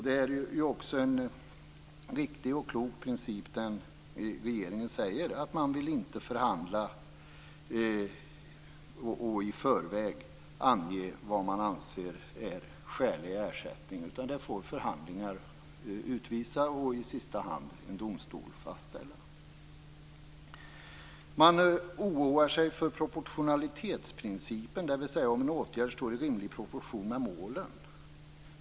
Det är ju också en viktig och klok princip när regeringen säger att man inte vill förhandla genom att i förväg ange vad man anser vara skälig ersättning. Det får förhandlingar utvisa och i sista hand en domstol fastställa. Man oroar sig för proportionalitetsprincipen, dvs. huruvida en åtgärd står i rimlig proportion till målen.